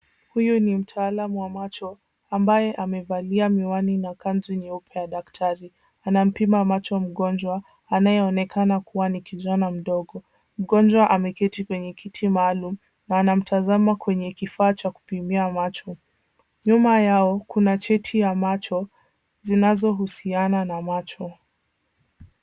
Huyu ni mtaalamu wa macho ambaye amevalia miwani na kanzu nyeupe ya daktari. Anampima macho mgonjwa anayeonekana kuwa ni kijana mdogo. Mgonjwa ameketi kwenye kiti maalum na anamtazama kwenye kifaa cha kupimia macho. Nyuma yao kuna cheti ya macho zinazohusiana na macho.